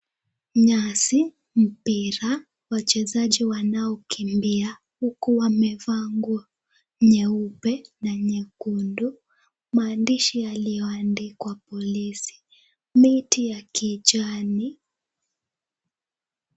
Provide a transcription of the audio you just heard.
Nyasi, mpira, wachezaji wanaokimbia huku wamevaa nguo nyeupe na nyekundu , maandishi yaliyoandikwa polisi neti ya kijani